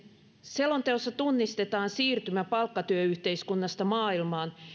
selonteossa tunnistetaan siirtymä palkkatyöyhteiskunnasta maailmaan